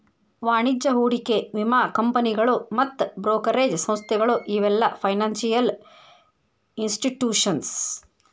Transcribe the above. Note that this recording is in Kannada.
ವಾಣಿಜ್ಯ ಹೂಡಿಕೆ ವಿಮಾ ಕಂಪನಿಗಳು ಮತ್ತ್ ಬ್ರೋಕರೇಜ್ ಸಂಸ್ಥೆಗಳು ಇವೆಲ್ಲ ಫೈನಾನ್ಸಿಯಲ್ ಇನ್ಸ್ಟಿಟ್ಯೂಷನ್ಸ್